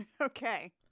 Okay